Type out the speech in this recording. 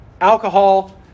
alcohol